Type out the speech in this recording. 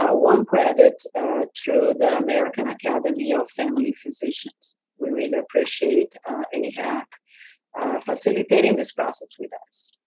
ah one credit through the american academy of family physicians. we really appreciate and ahec facilitating this process with us.